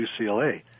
UCLA